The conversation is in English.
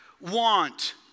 want